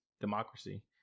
democracy